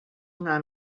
una